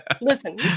listen